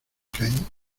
caín